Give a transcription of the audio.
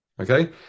Okay